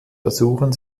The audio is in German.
versuchen